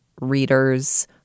readers